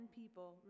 people